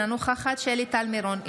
אינה נוכחת שלי טל מירון,